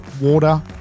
water